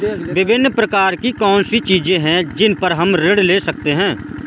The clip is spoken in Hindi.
विभिन्न प्रकार की कौन सी चीजें हैं जिन पर हम ऋण ले सकते हैं?